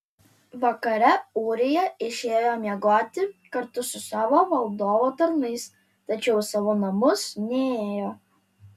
vakare ūrija išėjo miegoti kartu su savo valdovo tarnais tačiau į savo namus nėjo